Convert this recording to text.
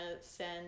send